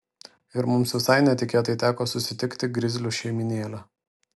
ir mums visai netikėtai teko susitikti grizlių šeimynėlę